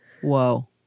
Whoa